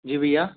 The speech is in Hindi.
जी भैया